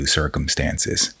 circumstances